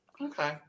Okay